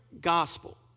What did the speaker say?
gospel